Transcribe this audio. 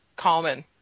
common